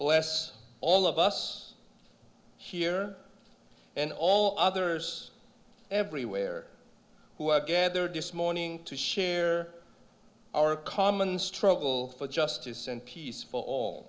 bless all of us here and all others everywhere who are gathered this morning to share our common struggle for justice and peace